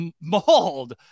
mauled